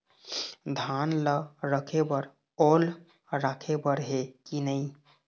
धान ला रखे बर ओल राखे बर हे कि नई?